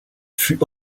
fut